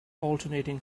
alternating